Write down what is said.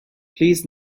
please